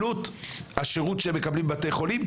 עלות על השירות שהם מקבלים בבתי החולים,